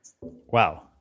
Wow